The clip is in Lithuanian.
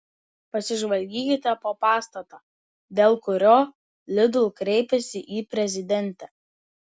pasižvalgykite po pastatą dėl kurio lidl kreipėsi į prezidentę